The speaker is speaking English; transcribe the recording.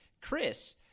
Chris